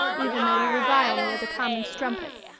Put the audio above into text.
even though you revile me as a common strumpet.